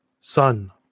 Son